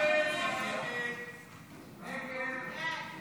להעביר לוועדה את הצעת חוק הקמת